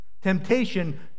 Temptation